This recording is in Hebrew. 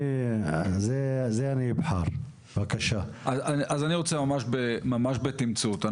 אני רוצה ממש בתמצות.